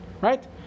right